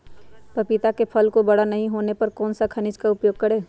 पपीता के फल को बड़ा नहीं होने पर कौन सा खनिज का उपयोग करें?